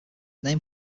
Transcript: named